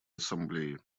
ассамблеи